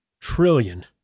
trillion